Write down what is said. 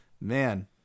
man